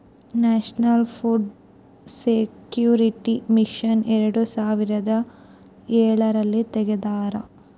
national food security mission ಎರಡು ಸಾವಿರದ ಎಳರಲ್ಲಿ ತೆಗ್ದಾರ